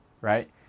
right